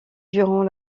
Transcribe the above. durant